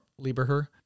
Lieberher